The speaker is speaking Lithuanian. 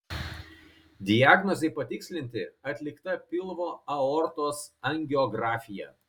diagnozei patikslinti atlikta pilvo aortos angiografija